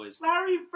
Larry